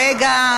רגע,